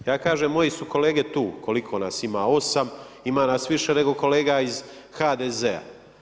Ja kažem, moji su kolege tu, koliko nas ima, 8, ima nas više nego kolega iz HDZ-a.